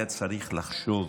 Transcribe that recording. היה צריך לחשוב,